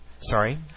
Sorry